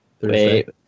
wait